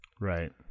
Right